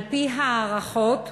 על-פי הערכות,